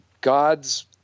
God's